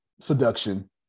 Seduction